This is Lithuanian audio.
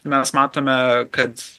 mes matome kad